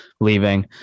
leaving